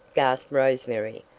gasped rose-mary.